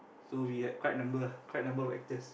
so we had quite a number ah quite a number of actors